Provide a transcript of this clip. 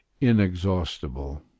inexhaustible